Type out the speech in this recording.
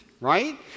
right